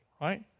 right